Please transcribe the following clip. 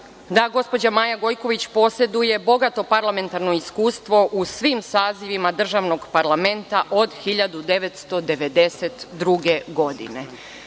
da gospođa Maja Gojković poseduje bogato parlamentarno iskustvo u svim sazivima državnog parlamenta od 1992. godine.